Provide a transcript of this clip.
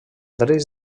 drets